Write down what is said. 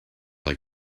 like